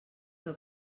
que